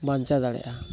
ᱵᱟᱧᱪᱟᱣ ᱫᱟᱲᱮᱭᱟᱜᱼᱟ